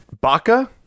Baka